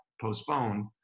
postponed